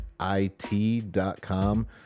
it.com